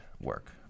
work